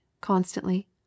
constantly